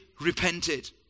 repented